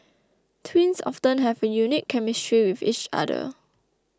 twins often have a unique chemistry with each other